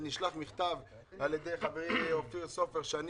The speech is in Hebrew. ונשלח מכתב על ידי חברי אופיר סופר שאני